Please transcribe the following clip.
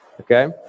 okay